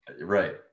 right